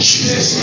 Jesus